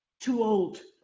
too old.